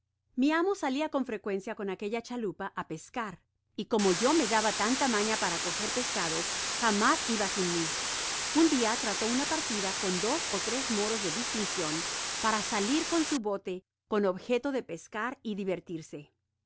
mi amo salia con frecuencia con aquella chalupa á pescar y como yo me daba tanta mana para coger pescado jamás iba sin mi un dia trató una partida con dos ó tres moros de distincion para salir con su bote con objeto de pescar y divertirse